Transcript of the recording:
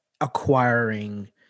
acquiring